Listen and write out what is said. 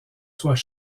soient